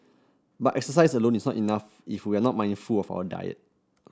but exercise alone is not enough if we are not mindful of our diet